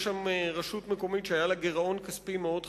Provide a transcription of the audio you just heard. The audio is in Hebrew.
יש שם רשות מקומית שהיה לה גירעון כספי מאוד חמור.